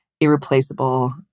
irreplaceable